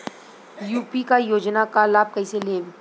UP क योजना क लाभ कइसे लेब?